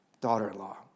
daughter-in-law